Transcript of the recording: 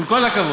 עם כל הכבוד.